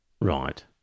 Right